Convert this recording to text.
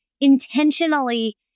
intentionally